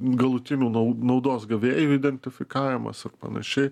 galutinių nau naudos gavėjų identifikavimas ir panašiai